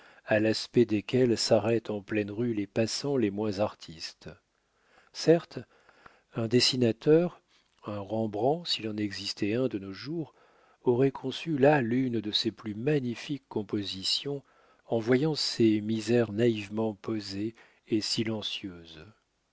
à l'aspect desquelles s'arrêtent en pleine rue les passants les moins artistes certes un dessinateur un rembrandt s'il en existait un de nos jours aurait conçu là l'une de ses plus magnifiques compositions en voyant ces misères naïvement posées et silencieuses